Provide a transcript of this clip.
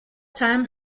time